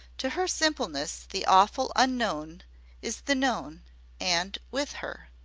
to her simpleness the awful unknown is the known and with her.